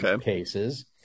cases